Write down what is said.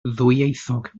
ddwyieithog